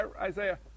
Isaiah